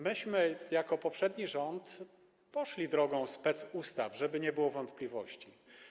My jako poprzedni rząd poszliśmy drogą specustaw, żeby nie było wątpliwości.